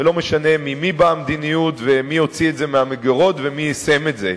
ולא משנה ממי באה המדיניות ומי הוציא את זה מהמגירות ומי יישם את זה,